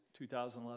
2011